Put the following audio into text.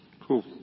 Cool